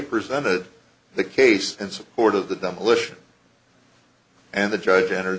presented the case in support of the demolition and the judge enter